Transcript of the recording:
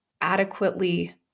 adequately